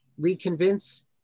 reconvince